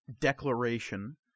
declaration